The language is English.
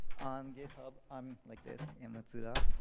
on github i'm like this, amatsuda.